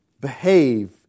behave